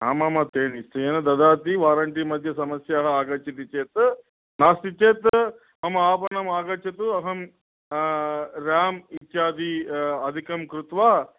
आम् आम् आम् ते एव ददाति वारण्टि मध्ये समस्याः आगच्छति चेत् नास्ति चेत् मम आपणम् आगच्छतु अहं राम् इत्यादि अधिकं कृत्वा